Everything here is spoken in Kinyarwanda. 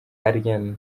alyn